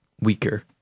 weaker